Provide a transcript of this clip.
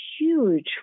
huge